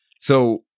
So-